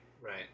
Right